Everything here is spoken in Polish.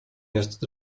jest